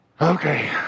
Okay